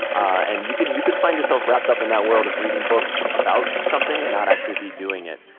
and you could you could find yourself wrapped up in that world of reading books about something and not actually be doing it.